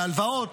בהלוואות,